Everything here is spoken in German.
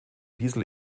diesel